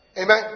Amen